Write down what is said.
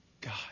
God